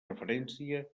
referència